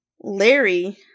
Larry